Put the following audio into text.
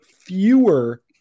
fewer